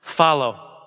Follow